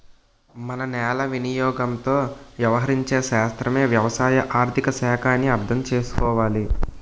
మన నేల వినియోగంతో వ్యవహరించే శాస్త్రమే వ్యవసాయ ఆర్థిక శాఖ అని అర్థం చేసుకోవాలి